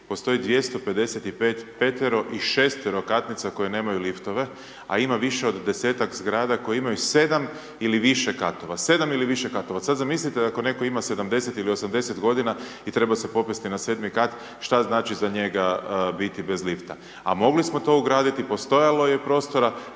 postoji 255 petero i šesterokatnica koje nemaju liftova, a ima više od 10-tak zgrada koje imaju 7 ili više katova, 7 ili više katova, sad zamislite ako netko ima 70 ili 80 godina i treba se popesti na 7 kat, šta znači za njega biti bez lifta, a mogli smo to ugraditi, postojalo je prostora,